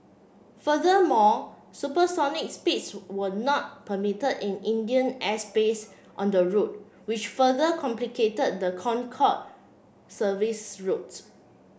furthermore supersonic speeds were not permitted in Indian airspace on the route which further complicated the Concorde service's route